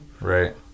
Right